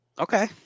Okay